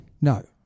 no